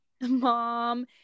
mom